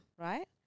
Right